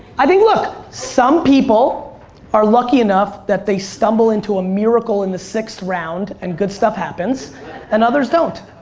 i think look some people are lucky enough that they stumble into a miracle in the sixth round and good stuff happens and others don't.